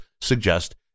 suggest